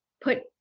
put